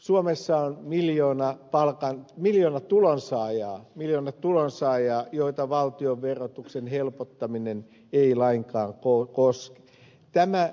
suomessa on miljoona tulonsaajaa joita valtionverotuksen helpottaminen ei lainkaan koske